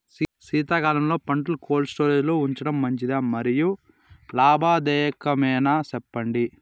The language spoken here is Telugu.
శీతాకాలంలో పంటలు కోల్డ్ స్టోరేజ్ లో ఉంచడం మంచిదా? మరియు లాభదాయకమేనా, సెప్పండి